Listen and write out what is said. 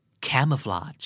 Camouflage